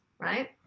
Right